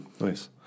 Nice